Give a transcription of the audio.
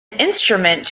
instrument